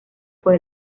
fue